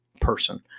person